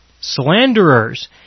slanderers